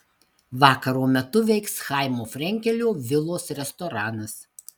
vakaro metu veiks chaimo frenkelio vilos restoranas